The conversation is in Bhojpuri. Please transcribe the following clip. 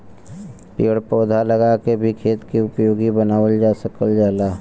पेड़ पौधा लगा के भी खेत के उपयोगी बनावल जा सकल जाला